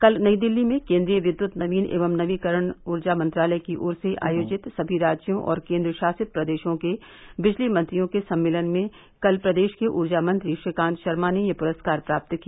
कल नई दिल्ली में केन्द्रीय विद्युत नवीन एवं नवीकरण ऊर्जा मंत्रालय की ओर से आयोजित सभी राज्यों और केन्द्र शासित प्रदेशों के बिजली मंत्रियों के सम्मेलन में कल प्रदेश के ऊर्जा मंत्री श्रीकांत शर्मा ने यह पुरस्कार प्राप्त किया